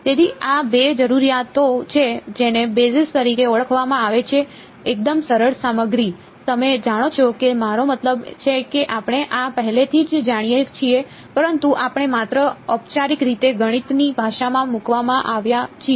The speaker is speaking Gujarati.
તેથી આ બે જરૂરિયાતો છે જેને બેસિસ તરીકે ઓળખવામાં આવે છે એકદમ સરળ સામગ્રી તમે જાણો છો કે મારો મતલબ છે કે આપણે આ પહેલેથી જ જાણીએ છીએ પરંતુ આપણે માત્ર ઔપચારિક રીતે ગણિતની ભાષામાં મુકવામાં આવ્યા છીએ